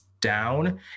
down